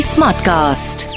Smartcast